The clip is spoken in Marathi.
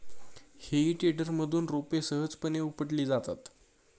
हेई टेडरमधून रोपे सहजपणे उपटली जातात